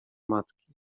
matki